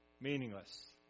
Meaningless